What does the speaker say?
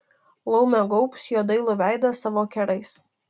laumė gaubs jo dailų veidą savo kerais